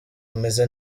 ameze